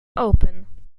open